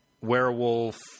werewolf